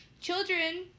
Children